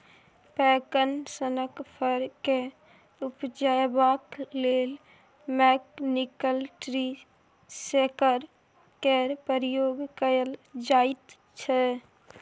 पैकन सनक फर केँ उपजेबाक लेल मैकनिकल ट्री शेकर केर प्रयोग कएल जाइत छै